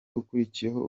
ukurikiyeho